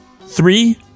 three